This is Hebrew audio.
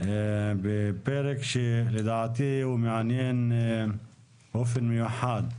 בפרק שלדעתי הוא מעניין באופן מיוחד.